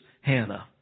Hannah